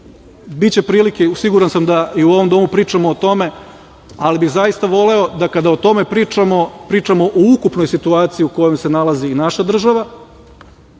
biće prilike, siguran sam, da i u ovom domu pričamo o tome, ali bih zaista voleo da kada o tome pričamo, pričamo o ukupnoj situaciji u kojoj se nalazi naša država